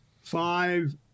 five